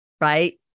Right